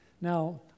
Now